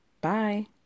Bye